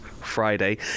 Friday